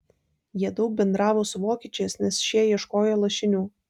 jie daug bendravo su vokiečiais nes šie ieškojo lašinių